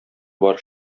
бар